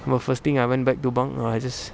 ah first thing I went back to bunk ah I just